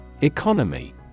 Economy